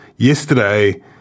Yesterday